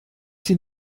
sie